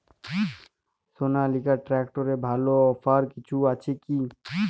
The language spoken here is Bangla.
সনালিকা ট্রাক্টরে ভালো অফার কিছু আছে কি?